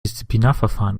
disziplinarverfahren